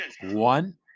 one